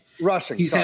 Rushing